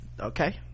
okay